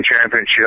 championship